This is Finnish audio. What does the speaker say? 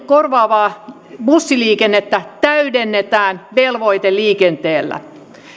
korvaavaa bussiliikennettä täydennetään velvoiteliikenteellä